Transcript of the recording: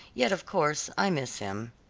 yet of course i miss him.